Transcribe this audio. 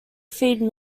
feed